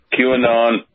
QAnon